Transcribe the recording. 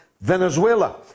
Venezuela